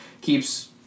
keeps